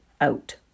out